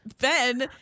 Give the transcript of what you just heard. Ben